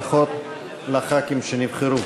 ברכות לחברי הכנסת שנבחרו.